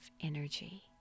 energy